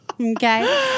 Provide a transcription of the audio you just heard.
Okay